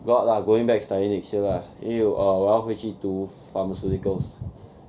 got lah going back study next year lah 因为 err 我要回去读 pharmaceuticals